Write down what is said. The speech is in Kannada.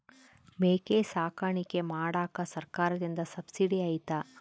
ಮೇಕೆ ಸಾಕಾಣಿಕೆ ಮಾಡಾಕ ಸರ್ಕಾರದಿಂದ ಸಬ್ಸಿಡಿ ಐತಾ?